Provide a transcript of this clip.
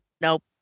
Nope